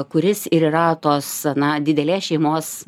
kuris ir yra tos na didelės šeimos